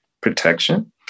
Protection